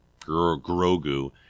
Grogu